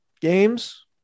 games